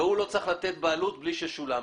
הוא לא צריך לתת בעלות בלי ששולם.